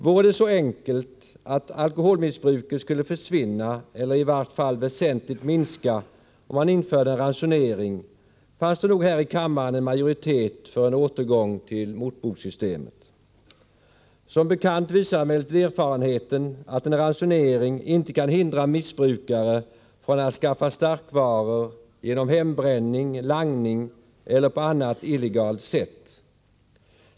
Vore det så enkelt att alkoholmissbruket skulle försvinna eller i vart fall väsentligt minska om en ransonering infördes, fanns det nog här i kammaren en majoritet för en återgång till motbokssystemet. Som bekant visar emellertid erfarenheten att en ransonering inte kan hindra missbrukare från att skaffa starkvaror genom hembränning, langning eller på annat illegalt sätt.